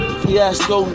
fiasco